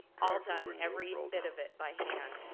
all done, every bit of it, by hand.